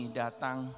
datang